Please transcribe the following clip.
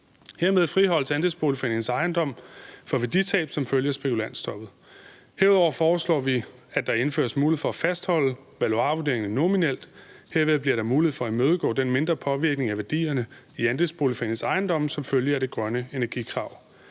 Hermed friholdes andelsboligforeningernes ejendom for værditab som følge af spekulantstoppet. Herudover foreslår vi, at der indføres mulighed for at fastholde valuarvurderinger nominelt. Herved bliver der mulighed for at imødegå den mindre påvirkning af værdierne i andelsboligforeningens ejendom som følge af det grønne energikrav.